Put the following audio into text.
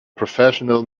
professional